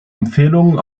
empfehlungen